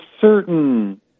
certain